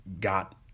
got